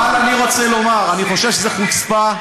אבל אני רוצה לומר, אני חושב שזו חוצפה.